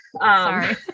Sorry